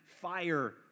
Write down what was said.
fire